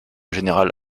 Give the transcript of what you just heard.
général